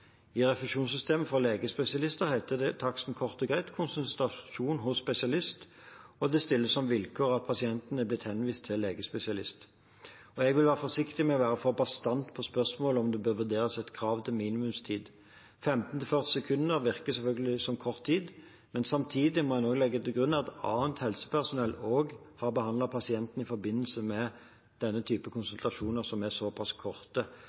I refusjonssystemet for legespesialister heter taksten kort og greit «konsultasjon hos spesialist», og det stilles som vilkår at pasienten er blitt henvist til legespesialist. Jeg vil være forsiktig med å være for bastant i spørsmålet om det bør vurderes et krav til minimumstid. 15–40 sekunder virker selvfølgelig som kort tid, men samtidig må en legge til grunn at annet helsepersonell også har behandlet pasienten i forbindelse med denne typen konsultasjoner som er såpass korte.